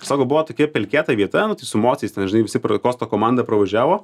sako buvo tokia pelkėta vieta nu tai su mocais ten žinai visi kosto komanda pravažiavo